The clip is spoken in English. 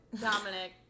Dominic